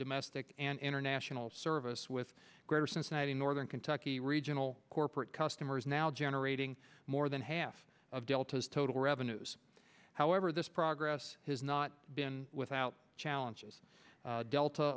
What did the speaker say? domestic and international service with greater cincinnati northern kentucky regional corporate customers now jenner rating more than half of delta's total revenues however this progress has not been without challenges delta